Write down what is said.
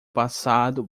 passado